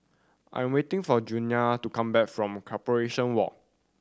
I am waiting for Julianna to come back from Corporation Walk